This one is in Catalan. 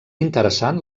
interessant